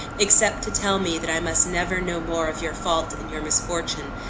except to tell me that i must never know more of your fault and your misfortune,